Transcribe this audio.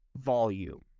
volume